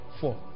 Four